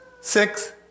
Six